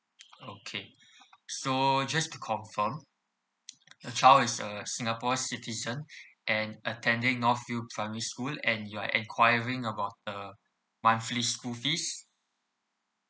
okay so just to confirm your child is a singapore citizen and attending north view primary school and you are enquiring about the monthly school fees